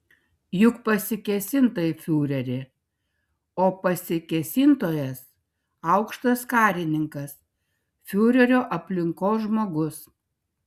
juk pasikėsinta į fiurerį o pasikėsintojas aukštas karininkas fiurerio aplinkos žmogus